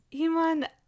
Iman